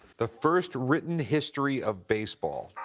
the first written history of baseball.